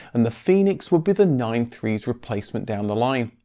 and the phoenix would be the nine three s replacement down the line.